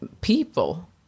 people